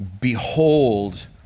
Behold